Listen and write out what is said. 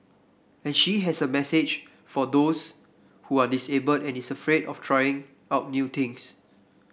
and she has a message for those who are disabled and is afraid of trying out new things